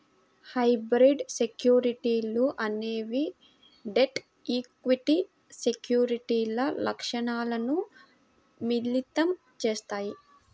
hybrid సెక్యూరిటీలు అనేవి debt, equity సెక్యూరిటీల లక్షణాలను మిళితం చేత్తాయి